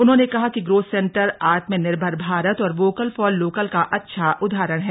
उन्होंने कहा कि growth centre Atmanirbhar Bharat vocal for फॉर लोकल का अच्छा उदाहरण हैं